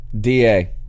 DA